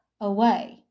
away